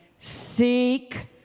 Seek